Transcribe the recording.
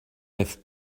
have